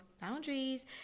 boundaries